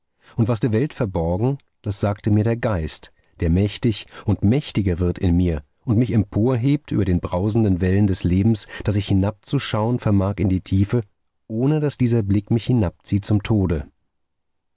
und was der welt verborgen das sagte mir der geist der mächtig und mächtiger wird in mir und mich emporhebt über den brausenden wellen des lebens daß ich hinabzuschauen vermag in die tiefe ohne daß dieser blick mich hinabzieht zum tode